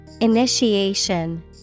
Initiation